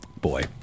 boy